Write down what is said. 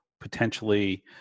potentially